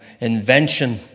invention